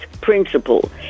principle